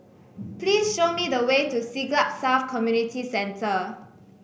please show me the way to Siglap South Community Centre